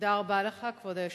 תודה רבה לך, כבוד היושב-ראש.